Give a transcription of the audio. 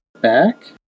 back